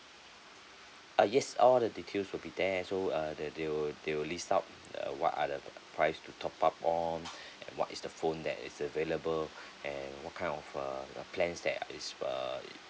uh yes all the details will be there so uh the they will they will list out uh what are the price to top up on what is the phone that is available and what kind of uh plans that is err